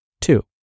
Two